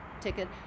ticket